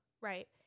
Right